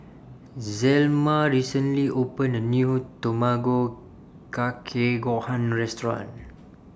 Zelma recently opened A New Tamago Kake Gohan Restaurant